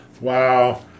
Wow